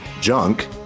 junk